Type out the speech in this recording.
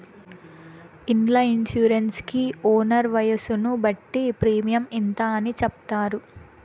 ఇండ్ల ఇన్సూరెన్స్ కి ఓనర్ వయసును బట్టి ప్రీమియం ఇంత అని చెప్తారు